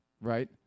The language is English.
Right